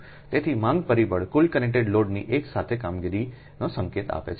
તેથી માંગ પરિબળ કુલ કનેક્ટેડ લોડની એક સાથે કામગીરીનો સંકેત આપે છે